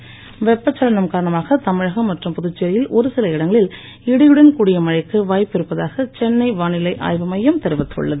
மழை வெப்பசலனம் காரணமாக தமிழகம் மற்றும் புதுச்சேரியில் ஒருசில இடங்களில் இடியுடன் கூடிய மழைக்கு வாய்ப்பு இருப்பதாக சென்னை வானிலை ஆய்வுமையம் தெரிவித்துள்ளது